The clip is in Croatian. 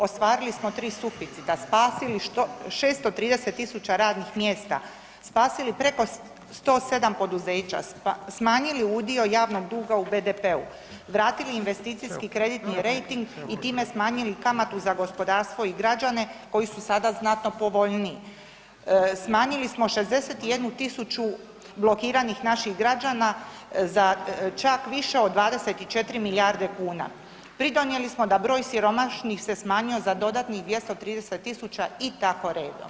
Ostvarili smo 3 suficita, spasili 630.000 radnih mjesta, spasili preko 107 poduzeća, smanjili udio javnog duga u BDP-u, vratili investicijski kreditni rejting i time smanjili za gospodarstvo i građane koji su sada znatno povoljniji, smanjili smo 61.000 blokiranih naših građana za čak više od 24 milijarde kuna, pridonijeli smo da broj siromašnih se smanjio za dodatnih 230.000 i tako redom.